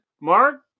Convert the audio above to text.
Mark